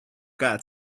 got